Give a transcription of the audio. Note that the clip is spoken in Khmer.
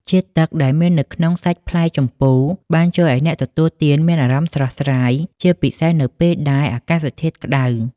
ជាតិទឹកដែលមាននៅក្នុងសាច់ផ្លែជម្ពូបានជួយឱ្យអ្នកទទួលទានមានអារម្មណ៍ស្រស់ស្រាយ ជាពិសេសនៅពេលដែលអាកាសធាតុក្ដៅ។